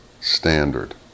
standard